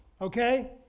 okay